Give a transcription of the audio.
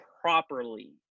properly